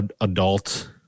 adult